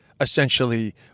essentially